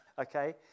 okay